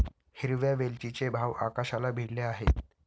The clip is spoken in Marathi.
हिरव्या वेलचीचे भाव आकाशाला भिडले आहेत